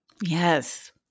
Yes